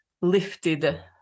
lifted